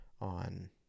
on